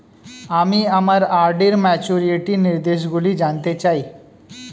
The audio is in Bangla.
আমি আমার আর.ডি র ম্যাচুরিটি নির্দেশগুলি জানতে চাই